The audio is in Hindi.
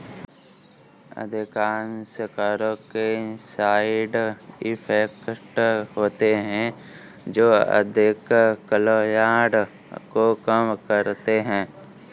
अधिकांश करों के साइड इफेक्ट होते हैं जो आर्थिक कल्याण को कम करते हैं